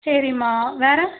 சரிம்மா வேறு